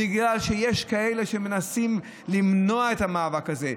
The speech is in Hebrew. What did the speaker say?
בגלל שיש כאלה שמנסים למנוע את המאבק הזה,